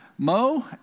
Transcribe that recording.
Mo